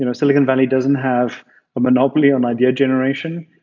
you know silicon valley doesn't have a monopoly on idea generation,